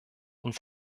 und